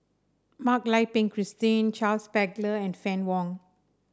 Mak Lai Peng Christine Charles Paglar and Fann Wong